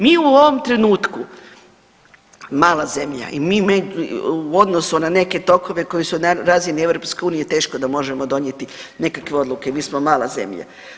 Mi u ovom trenutku, mala zemlja i mi u odnosu na neke tokove koji su na razini EU teško da možemo donijeti nekakve odluke, mi smo mala zemlja.